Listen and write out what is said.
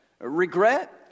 regret